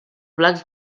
blancs